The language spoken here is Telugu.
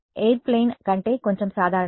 ఎయిర్ ప్లేన్ కంటే కొంచెం సాధారణమా